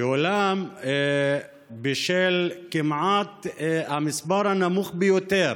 אולם בשל המספר הנמוך ביותר